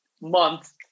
month